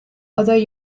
although